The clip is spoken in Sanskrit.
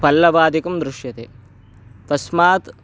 पल्लवादिकं दृश्यन्ते तस्मात्